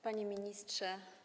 Panie Ministrze!